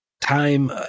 time